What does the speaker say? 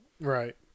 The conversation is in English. Right